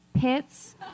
pits